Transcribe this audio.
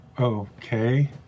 Okay